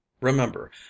remember